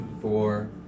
four